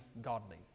godly